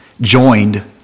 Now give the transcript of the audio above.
joined